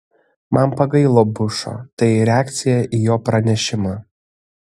man pagailo bušo tai reakcija į jo pranešimą